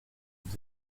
vous